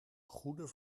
goede